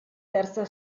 terza